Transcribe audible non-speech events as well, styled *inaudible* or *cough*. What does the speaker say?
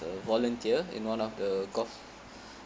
the volunteer in one of the golf *breath*